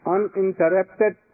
Uninterrupted